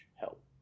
help